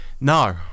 No